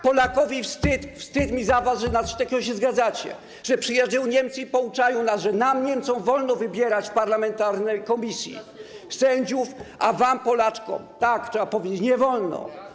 Polakowi wstyd, wstyd mi za was, że na coś takiego się zgadzacie, że przyjeżdżają Niemcy i pouczają nas, mówią: nam, Niemcom, wolno wybierać w parlamentarnej komisji sędziów, a wam, Polaczkom - tak trzeba powiedzieć - nie wolno.